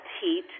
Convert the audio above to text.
heat